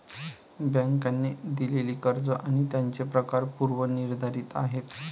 बँकांनी दिलेली कर्ज आणि त्यांचे प्रकार पूर्व निर्धारित आहेत